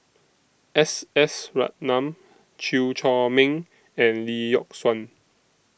S S Ratnam Chew Chor Meng and Lee Yock Suan